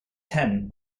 ten